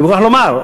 אני מוכרח לומר,